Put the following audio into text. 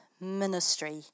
ministry